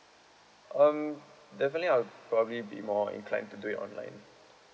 um definitely I will probably be more inclined to do it online